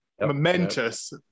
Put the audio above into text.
momentous